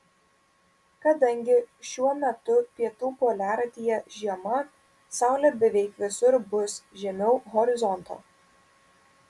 kadangi šiuo metu pietų poliaratyje žiema saulė beveik visur bus žemiau horizonto